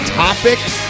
topics